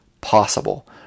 possible